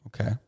Okay